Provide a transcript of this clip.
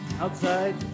outside